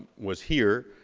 was here,